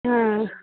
হ্যাঁ